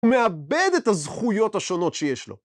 הוא מאבד את הזכויות השונות שיש לו.